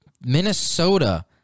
Minnesota